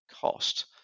cost